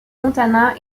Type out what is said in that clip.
montana